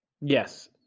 Yes